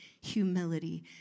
humility